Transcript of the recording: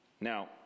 Now